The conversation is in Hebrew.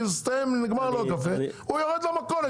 נגמר לו הקפה והוא יורד למכולת,